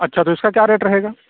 اچھا تو اِس کا کیا ریٹ رہے گا